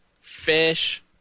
fish